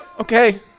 Okay